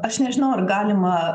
aš nežinau ar galima